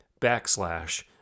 backslash